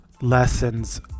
lessons